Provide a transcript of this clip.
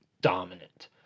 dominant